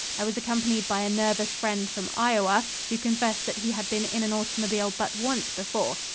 i was accompanied by a nervous friend from iowa who confessed that he had been in an automobile but once before.